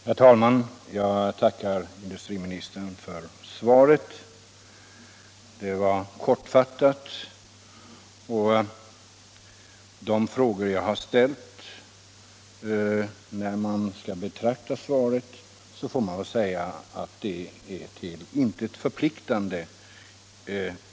Herr talman! Jag tackar industriministern för svaret. De kortfattade svar som jag fått på de frågor jag ställt till industriministern måste betraktas som till intet förpliktande.